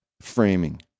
framing